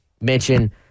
mention